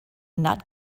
not